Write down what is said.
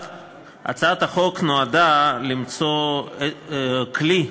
אגב, במקור היה אריאל